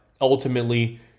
ultimately